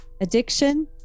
addiction